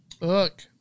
Look